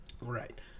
Right